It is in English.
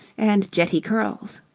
and jetty curls.